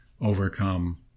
overcome